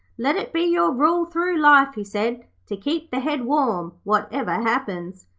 let it be your rule through life, he said, to keep the head warm, whatever happens.